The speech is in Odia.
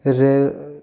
ରେ